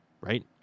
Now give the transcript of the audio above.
right